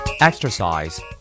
Exercise